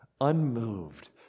unmoved